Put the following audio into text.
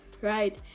right